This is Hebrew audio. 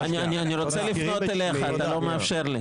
אני רוצה לפנות אליך, אתה לא מאפשר לי.